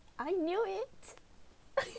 I knew it